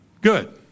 Good